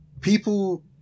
people